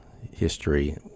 history